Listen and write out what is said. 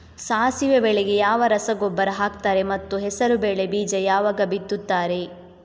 ಸಾಸಿವೆ ಬೆಳೆಗೆ ಯಾವ ರಸಗೊಬ್ಬರ ಹಾಕ್ತಾರೆ ಮತ್ತು ಹೆಸರುಬೇಳೆ ಬೀಜ ಯಾವಾಗ ಬಿತ್ತುತ್ತಾರೆ?